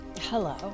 Hello